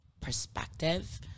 perspective